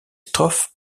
strophes